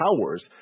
powers